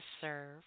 serve